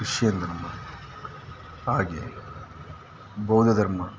Christian ಧರ್ಮ ಹಾಗೇ ಬೌದ್ಧ ಧರ್ಮ